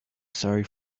sorry